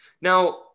Now